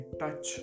touch